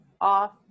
off